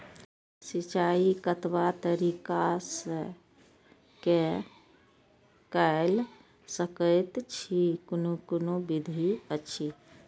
सिंचाई कतवा तरीका स के कैल सकैत छी कून कून विधि अछि?